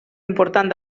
important